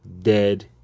dead